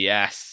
Yes